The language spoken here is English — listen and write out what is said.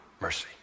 Mercy